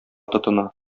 тотына